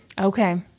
okay